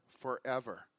forever